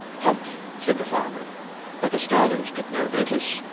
humph! said the farmer but the starlings took no notice,